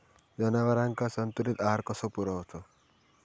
जनावरांका संतुलित आहार कसो पुरवायचो?